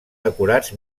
decorats